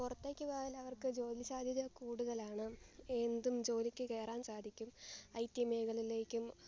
പുറത്തേക്കു പോയാലവർക്കു ജോലി സാദ്ധ്യത കൂടുതലാണ് എന്തും ജോലിക്കു കയറാൻ സാധിക്കും ഐ ടി മേഖലയിലേക്കും